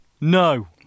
No